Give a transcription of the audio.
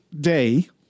day